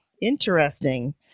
interesting